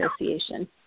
Association